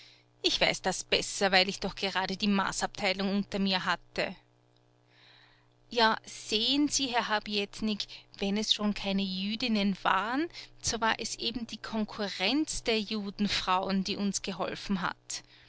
ich weiß das besser weil ich doch gerade die maßabteilung unter mir hatte ja sehen sie herr habietnik wenn es schon keine jüdinnen waren so war es eben die konkurrenz der judenfrauen die uns geholfen hat